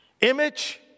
Image